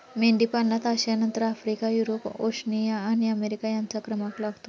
मेंढीपालनात आशियानंतर Africa, Europe, Oceania आणि अमेरिका यांचा क्रमांक लागतो